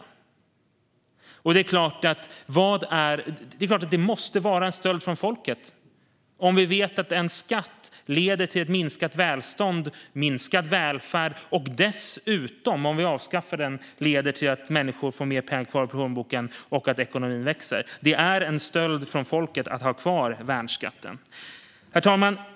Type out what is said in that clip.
Det är klart att det måste vara en stöld från folket om vi vet att en skatt leder till minskat välstånd och minskad välfärd och dessutom vet att dess avskaffande leder till att människor får mer pengar kvar i plånboken och att ekonomin växer. Det är en stöld från folket att ha kvar värnskatten. Herr talman!